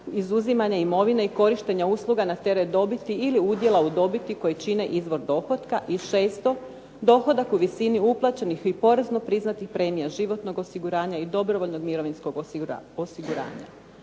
izuzimanja imovina i korištenja usluga na teret dobiti ili udjela u dobiti koji čine izvor dohotka. I šesto, dohodak u visini uplaćenih i porezno priznatih premija životnog osiguranja i dobrovoljnog mirovinskog osiguranja.